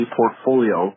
portfolio